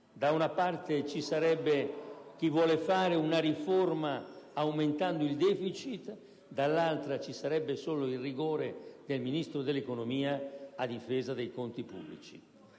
Da una parte, ci sarebbe chi vuole fare una riforma aumentando il deficit; dall'altra ci sarebbe solo il rigore del Ministro dell'economia a difesa dei conti pubblici.